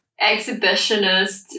exhibitionist